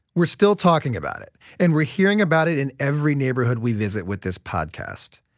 we're still talking about it, and we're hearing about it in every neighborhood we visit with this podcast.